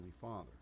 Father